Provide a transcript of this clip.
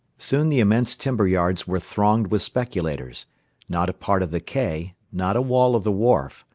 soon the immense timber-yards were thronged with spectators not a part of the quay, not a wall of the wharf,